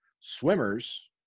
swimmers